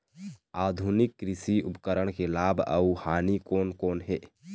आधुनिक कृषि उपकरण के लाभ अऊ हानि कोन कोन हे?